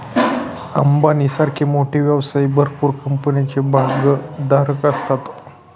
अंबानी सारखे मोठे व्यवसायी भरपूर कंपन्यांचे भागधारक असतात